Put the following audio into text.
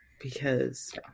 because-